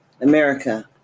America